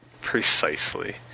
Precisely